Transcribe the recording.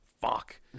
Fuck